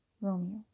Romeo